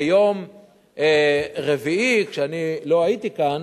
ביום רביעי, כשאני לא הייתי כאן,